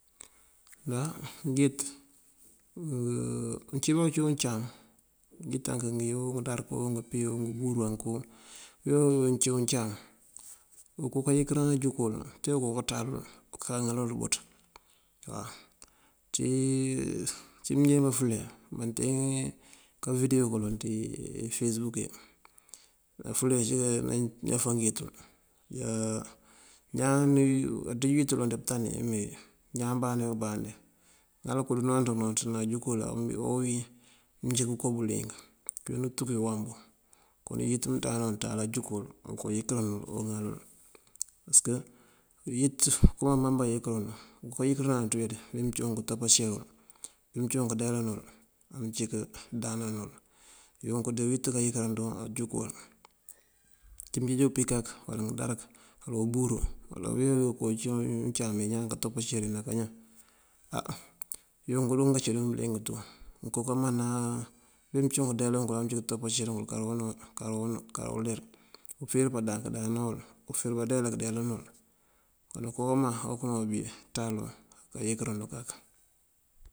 Á ngëyët uncí bancí uncáam: ngëntënk ngí, ngëndarëk ngí, ngëmpíwoo, ngëmburanku, oyo uncí uncáam. Unko kayinkirin ajúg wul tee oko kanţáali unká kaŋal bëţ waw. uncí mëyá dí bafule, máanten kavidewoo kaloŋ ţí ifasebuk iyi, nafule ací nayafan ngëyëtul. Aţíj uyët uloŋ dí pëëntani uwí mee ñaan bandí bá këmbandí ŋal kun ngënonţ bá kënonţ nanjúgul owín mëncí kon kombëlink. Këwín untúki ewambú koon uyët mënţandáana wun anţáal ajúg wël, oko ayinkirinël oŋalël. Pasëk uyët okënbo umaŋ bá iyinkirinu. Okoo kayinkirawu ţí uwee? Bí mëncí wunk katopancirul, bí mëncí wunk kandeelin nul, amëncí kandáana nul, unk dí uyët këyinkirin ajug wul. Uncí mënjeej umpí kak, uwala undarëk, uwala umburu uwala unko wí uncí uncáam këëntopancir wí ná kañan. Á yunk dingan círun bëliyëng tú. Ngonko kamana bí mëncí wun kondeelan ngël amëncí kantopancir ngël karo unú karo unú, karoo uler. Ufíir pëndáan këndáana wël, ufíir bandeelan wul okëmomaŋ bí untáalu uyinkirinu kak